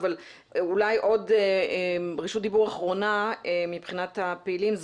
אבל אולי עוד רשות דיבור אחרונה מבחינת הפעילים.